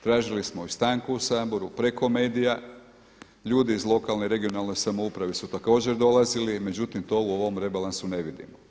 Tražili smo i stanku u Saboru preko medija, ljudi iz lokalne, regionalne samouprave su također dolazili međutim to u ovom rebalansu ne vidimo.